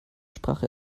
sprache